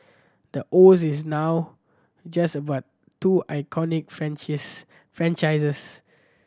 the O Z is not just about two iconic franchises